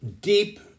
deep